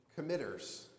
committers